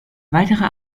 weitere